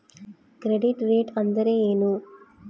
Credit rate ಅಂದರೆ ಏನು?